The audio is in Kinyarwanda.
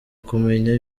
kumenya